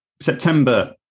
September